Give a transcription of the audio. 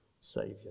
Saviour